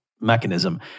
mechanism